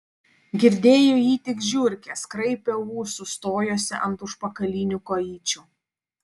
girdėjo jį tik žiurkės kraipė ūsus stojosi ant užpakalinių kojyčių